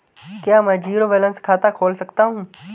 क्या मैं zero balance खाता खोल सकता हूँ?